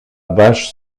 bâche